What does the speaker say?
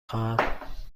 خواهم